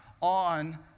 on